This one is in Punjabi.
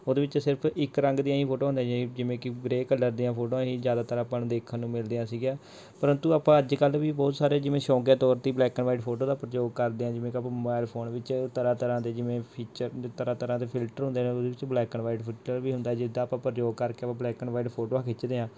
ਉਹਦੇ ਵਿੱਚ ਸਿਰਫ ਇੱਕ ਰੰਗ ਦੀਆਂ ਹੀ ਫੋਟੋਆਂ ਹੁੰਦੀਆਂ ਸੀ ਜਿਵੇਂ ਕਿ ਗਰੇ ਕਲਰ ਦੀਆਂ ਫੋਟੋਆਂ ਸੀ ਜ਼ਿਆਦਾਤਰ ਆਪਾਂ ਨੂੰ ਦੇਖਣ ਨੂੰ ਮਿਲਦੀਆਂ ਸੀਗੀਆਂ ਪਰੰਤੂ ਆਪਾਂ ਅੱਜ ਕੱਲ੍ਹ ਵੀ ਬਹੁਤ ਸਾਰੇ ਜਿਵੇਂ ਸ਼ੌਕੀਆ ਤੌਰ 'ਤੇ ਬਲੈਕ ਐਂਡ ਵਾਈਟ ਫੋਟੋ ਦਾ ਪ੍ਰਯੋਗ ਕਰਦੇ ਹਾਂ ਜਿਵੇਂ ਕਿ ਆਪਾਂ ਮੋਬਾਇਲ ਫੋਨ ਵਿੱਚ ਤਰ੍ਹਾਂ ਤਰ੍ਹਾਂ ਦੇ ਜਿਵੇਂ ਫੀਚਰ ਤਰ੍ਹਾਂ ਤਰ੍ਹਾਂ ਦੇ ਫਿਲਟਰ ਹੁੰਦੇ ਹਨ ਉਹਦੇ ਵਿੱਚ ਬਲੈਕ ਐਂਡ ਵਾਈਟ ਫਿਲਟਰ ਵੀ ਹੁੰਦਾ ਹੈ ਜਿੱਦਾਂ ਆਪਾਂ ਪ੍ਰਯੋਗ ਕਰਕੇ ਆਪਾਂ ਬਲੈਕ ਐਂਡ ਵਾਈਟ ਫੋਟੋਆਂ ਖਿੱਚਦੇ ਹਾਂ